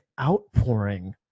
outpouring